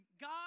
God